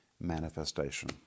manifestation